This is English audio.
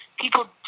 people